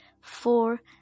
four